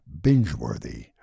binge-worthy